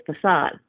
facade